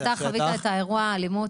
את חווית את אירוע האלימות,